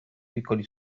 piccoli